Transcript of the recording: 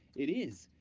it is,